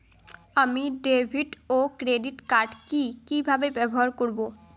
আমি ডেভিড ও ক্রেডিট কার্ড কি কিভাবে ব্যবহার করব?